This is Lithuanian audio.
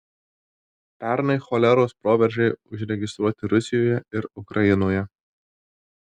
pernai choleros proveržiai užregistruoti rusijoje ir ukrainoje